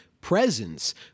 presence